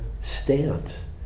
stance